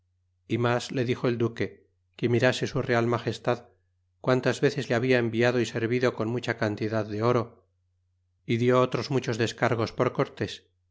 y mas le dixo el duque que mirase su real magestad quantas veces le habia enviado y servido con mucha cantidad de oro é dió otros muchos descargos por cortés